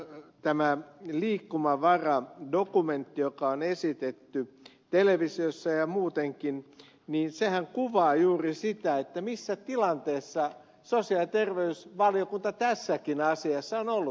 tämä liikkumavara dokumentti joka on esitetty televisiossa ja muutenkin kuvaa juuri sitä missä tilanteessa sosiaali ja terveysvaliokunta tässäkin asiassa on ollut